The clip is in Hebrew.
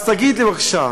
אז תגיד לי, בבקשה,